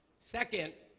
second,